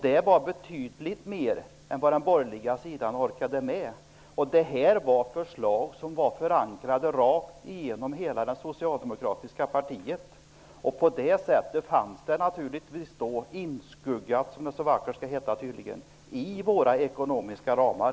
Det var betydligt mer än vad den borgerliga sidan orkade med, och det var förslag som var förankrade rakt igenom hela det socialdemokratiska partiet. På det sättet fanns de naturligtvis inskuggade, som det så vackert skall heta tydligen, i våra ekonomiska ramar.